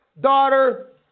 daughter